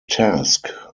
task